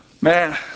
Man